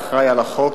האחראי לחוק.